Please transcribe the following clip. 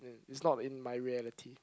is not in my reality